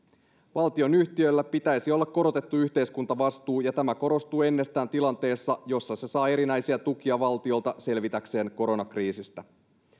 valtionyhtiöillä pitäisi olla korotettu yhteiskuntavastuu ja tämä korostuu entisestään tilanteessa jossa se saa erinäisiä tukia valtiolta selvitäkseen koronakriisistä